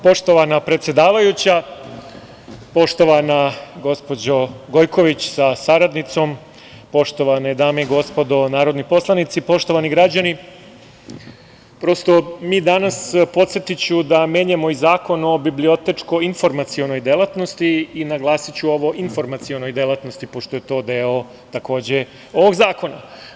Poštovana predsedavajuća, poštovana gospođo Gojković, sa saradnicom, poštovane dame i gospodo narodni poslanici, poštovani građani, prosto, podsetiću da menjamo i Zakon o bibliotečko-informacionoj delatnosti i naglasiću ovo informacionoj delatnosti, pošto je to deo, takođe ovog zakona.